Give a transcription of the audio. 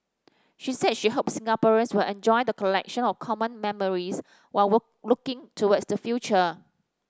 she said she hopes Singaporeans will enjoy the collection of common memories while were looking towards the future